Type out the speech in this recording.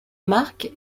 marc